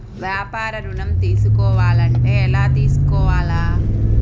వ్యాపార ఋణం తీసుకోవాలంటే ఎలా తీసుకోవాలా?